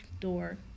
door